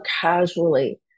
casually